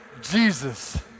Jesus